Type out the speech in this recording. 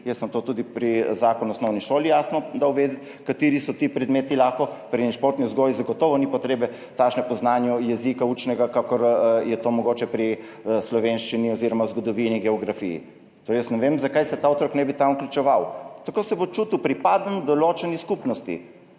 Jaz sem tudi pri Zakonu o osnovni šoli jasno dal vedeti, kateri so ti predmeti. Pri športni vzgoji zagotovo ni takšne potrebe po znanju učnega jezika, kakor je to mogoče pri slovenščini oziroma zgodovini, geografiji. Ne vem, zakaj se ta otrok ne bi tam vključeval. Tako se bo čutil pripaden določeni skupnosti.